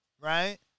right